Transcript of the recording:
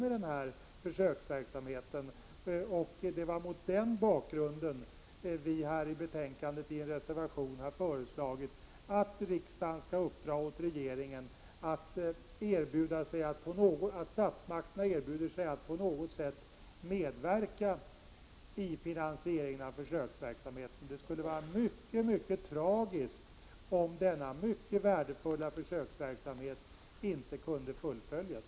Det var mot den bakgrunden vi i en reservation vid detta betänkande har föreslagit att riksdagen skall uppdra åt regeringen att verka för att statsmakterna erbjuder sig att på något sätt medverka i finansieringen av försöksverksamheten. Det skulle vara mycket, mycket tragiskt om denna mycket värdefulla försöksverksamhet inte kunde fullföljas.